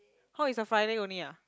how is a Friday only ah